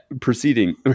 proceeding